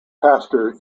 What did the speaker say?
pastor